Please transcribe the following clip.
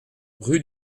rue